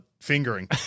fingering